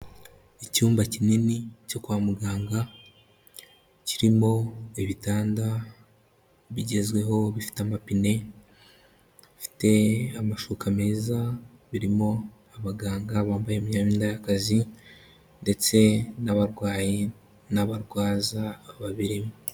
Icyumba kinini cyo kwa muganga, kirimo ibitanda bigezweho bifite amapine, bifite amashuka meza, birimo abaganga bambaye imyenda y'akazi, ndetse n'abarwayi n'abarwaza babirimo.